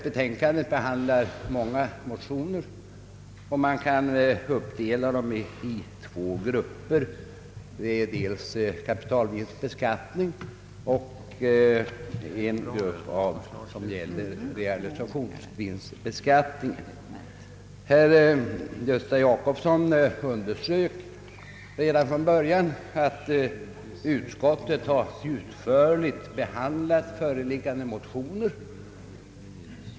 Betänkandet behandlar många motioner, och man kan uppdela dem i två grupper, en som gäller kapitalvinstbeskattning och en som gäller realisationsvinstbeskattning. Herr Gösta Jacobsson underströk redan från början att utskottet utförligt behandlat föreliggande motioner.